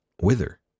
whither